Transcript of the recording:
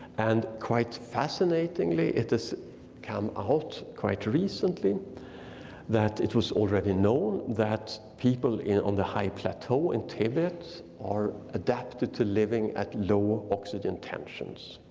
and quite fascinatingly, it has come out quite recently that it was already known that people on the high plateau in tibet are adapted to living at low oxygen tensions.